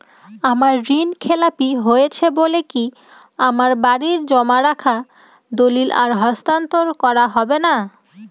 আমার ঋণ খেলাপি হয়েছে বলে কি আমার বাড়ির জমা রাখা দলিল আর হস্তান্তর করা হবে না?